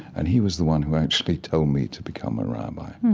and he was the one who actually told me to become a rabbi.